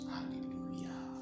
Hallelujah